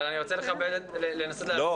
אבל אני רוצה לכבד ולנסות --- לא,